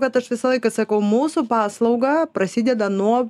vat aš visą laiką sakau mūsų paslauga prasideda nuo